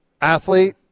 athlete